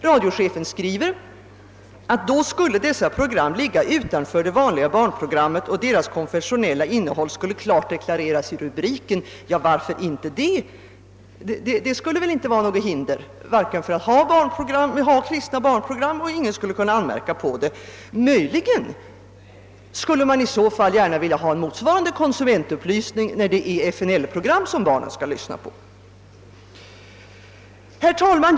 Radiochefen skriver att då skulle dessa program ligga utanför det vanliga barnprogrammet och deras konventionella innehåll klart deklareras i rubriken. Ja, varför inte det? Det skulle väl inte vara något hinder för att ha kristna barnprogram, och en sådan åtgärd skulle ingen kunna anmärka på. Möjligen skulle man vilja ha en motsvarande konsumentupplysning när det är ett FNL-program som barnen skall se. Herr talman!